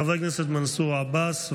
חבר הכנסת מנסור עבאס.